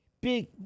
big